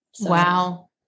Wow